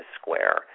square